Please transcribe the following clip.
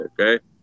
okay